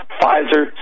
Pfizer